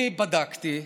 אני בדקתי,